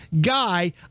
guy